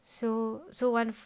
so so one